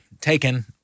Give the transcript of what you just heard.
taken